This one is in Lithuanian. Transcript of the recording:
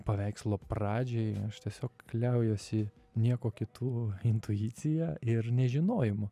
paveikslo pradžioj aš tiesiog kliaujuosi niekuo kitu intuicija ir nežinojimu